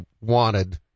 wanted